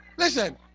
Listen